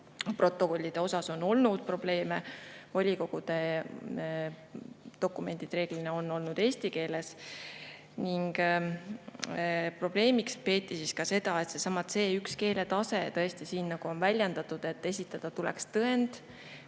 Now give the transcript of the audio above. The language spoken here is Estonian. protokollide puhul on olnud probleeme. Volikogude dokumendid reeglina on olnud eesti keeles. Probleemiks peeti siis ka seda, et seesama C1-keeletase … Tõesti, siin on väljendatud, et tuleks esitada